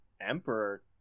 emperor